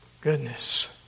Goodness